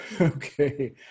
Okay